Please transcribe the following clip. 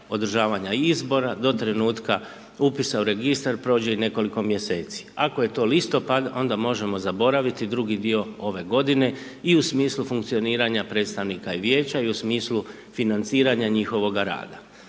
održavanja izbora do trenutka upisa u registar prođe i nekoliko mjeseci. Ako je to listopad onda možemo zaboraviti drugi dio ove godine i u smislu funkcioniranja predstavnika i vijeća i u smislu financiranja njihovoga rada.